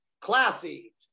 classy